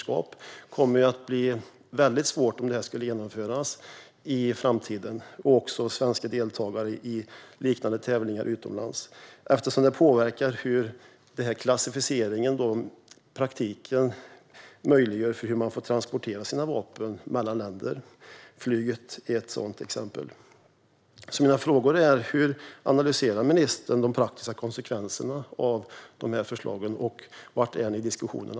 Sådant kommer att bli väldigt svårt att göra i framtiden om detta skulle genomföras, och samma problem kommer att drabba svenska deltagare i liknande tävlingar utomlands. Klassificeringen påverkar ju hur man får transportera sina vapen mellan länder, till exempel med flyg. Hur analyserar ministern de praktiska konsekvenserna av dessa förslag, och var är ni i diskussionerna?